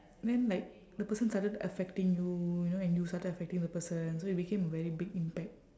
then like the person started affecting you you know and you started affecting the person so it became a very big impact